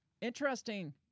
interesting